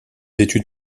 études